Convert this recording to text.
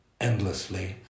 endlessly